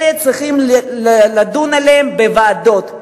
צריכים לדון עליהן בוועדות.